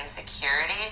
insecurity